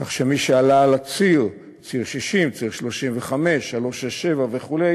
כך שמי שעלה על הציר, ציר 60, ציר 35, 367 וכו',